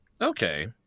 Okay